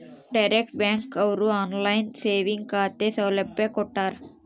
direct bank ಅವ್ರು online saving ಖಾತೆ ಸೌಲಭ್ಯ ಕೊಟ್ಟಾರ